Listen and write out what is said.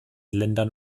ländern